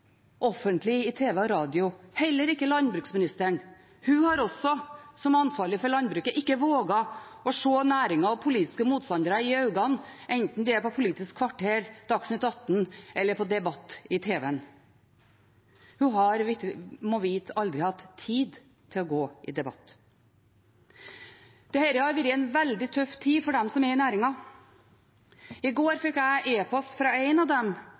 offentlig i TV og radio, heller ikke landbruksministeren. Hun har, som ansvarlig for landbruket, ikke våget å se næringen og politiske motstandere i øynene, enten det er på Politisk kvarter, Dagsnytt 18 eller debatt i TV-en. Hun har, må vite, aldri hatt tid til å gå i debatt. Dette har vært en veldig tøff tid for dem som er i næringen. I går fikk jeg epost fra en av dem,